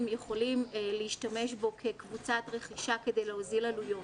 יכולים להשתמש כקבוצת רכישה כדי להוזיל עלויות.